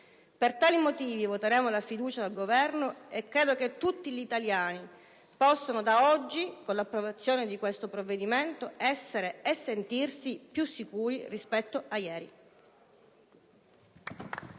Per tali motivi, voteremo la fiducia al Governo e credo che tutti gli italiani possano da oggi, con l'approvazione di questo provvedimento, essere e sentirsi più sicuri rispetto a ieri.